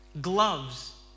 Gloves